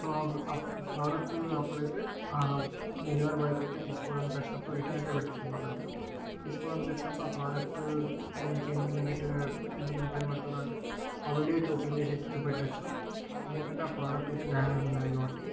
so ఆ product అప్పుడైతే ఆ డెలివరీ బాయ్కి అయితే తీసుకోడానికి వచ్చినప్పుడు రిటర్న్ అయితే పెట్టేసా ప్రోడక్ట్ తీసుకోవడానికి వచ్చినప్పుడు ఆ ప్రోడక్ట్ గురించి ఎందుకు నెగిటివ్ ఎందుకు రిటన్ పెడుతున్నారంటే ఆ వీడియో అయితే ఓపెన్ చేసి అయితే చూపెట్టవచ్చు ఎందుకంటే ఆ ప్రోడక్ట్ అయితే డ్యామేజ్ ఉన్నది కాబట్టి